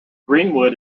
greenwood